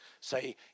Say